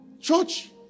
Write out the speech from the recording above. Church